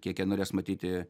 kiek jie norės matyti